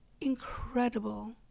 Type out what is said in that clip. Incredible